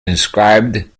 inscribed